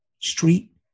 Street